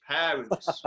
parents